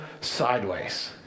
sideways